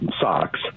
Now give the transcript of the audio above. socks